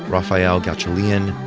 rafael gauchalean,